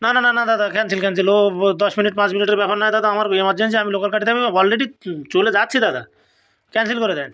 না না না না দাদা ক্যানসেল ক্যানসেল ও ও দশ মিনিট পাঁচ মিনিটের ব্যাপার নয় দাদা আমার এমারজেন্সি আমি লোকাল গাড়িতে অলরেডি চলে যাচ্ছি দাদা ক্যানসেল করে দিন